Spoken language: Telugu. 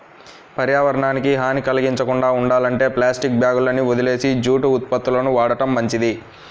పర్యావరణానికి హాని కల్గించకుండా ఉండాలంటే ప్లాస్టిక్ బ్యాగులని వదిలేసి జూటు ఉత్పత్తులను వాడటం మంచిది